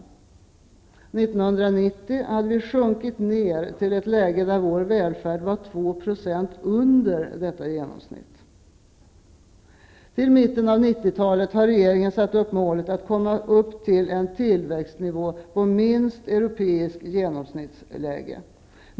1990 hade vi sjunkit ner till ett läge där vår välfärd var ca 2 % under detta genomsnitt. Till mitten av 90-talet har regeringen satt upp målet att komma upp till en tillväxt på minst europeisk genomsnittsnivå.